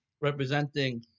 representing